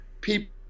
people